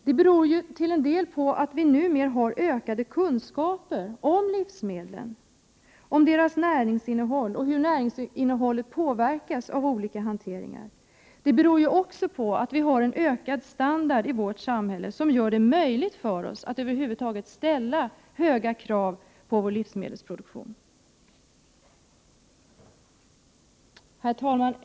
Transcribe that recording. Det beror till en del på att vi numera har fått ökade kunskaper om livsmedlen, om deras näringsinnehåll och hur detta påverkas av olika hanteringar. Det beror också på den ökade standarden i vårt samhälle. Den gör det möjligt för oss att ställa höga krav på vår livsmedelsproduktion. Herr talman!